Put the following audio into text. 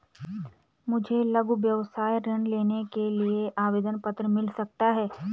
मुझे लघु व्यवसाय ऋण लेने के लिए आवेदन पत्र मिल सकता है?